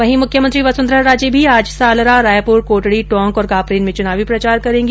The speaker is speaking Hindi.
वहीं मुख्यमंत्री वसुंधरा राजे भी आज सालरा रायपुर कोटडी टोंक तथा कापरेन में चुनाव प्रचार करेंगी